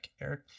Eric